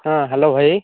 ହଁ ହ୍ୟାଲୋ ଭାଇ